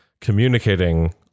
communicating